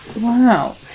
Wow